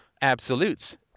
absolutes